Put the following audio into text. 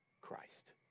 Christ